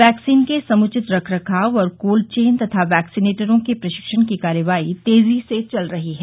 vaccine के समृचित रख रखाव और कोल्ड चेन तथा वैक्सीनेटरों के प्रशिक्षण की कार्रवाई तेजी से चल रही है